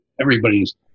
Everybody's